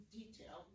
detail